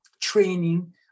training